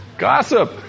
gossip